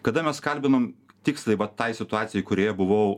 kada mes kalbinom tiksliai va tai situacijai kurioje buvau